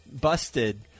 busted